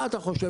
מה אתה חושב,